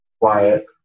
quiet